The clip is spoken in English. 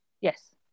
Yes